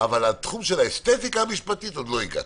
אבל לתחום של האסתטיקה המשפטית עוד לא הגעתי.